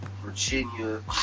Virginia